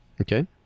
Okay